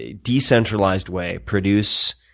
ah decentralized way, produce,